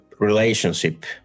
relationship